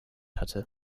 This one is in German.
hatte